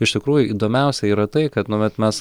iš tikrųjų įdomiausia yra tai kad nu vat mes